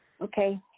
Okay